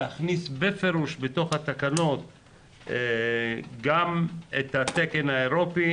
להכניס בפירוש בתוך התקנות גם את התקן האירופי,